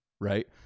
right